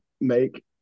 make